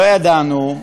ולא ידענו,